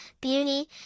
beauty